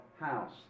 House